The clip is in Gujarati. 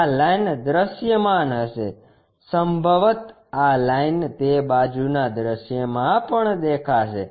આ લાઇન દૃશ્યમાન હશે સંભવત આ લાઇન તે બાજુના દૃશ્યમાં પણ દેખાશે